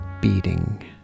beating